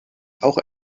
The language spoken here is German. auch